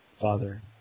father